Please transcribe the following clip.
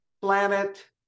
planet